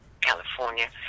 California